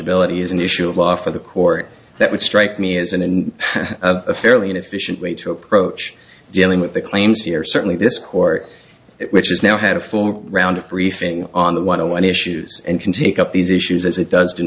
ability is an issue of law for the court that would strike me as an in a fairly inefficient way to approach dealing with the claims here certainly this court which has now had a full round of briefing on the want to when issues and can take up these issues as it does do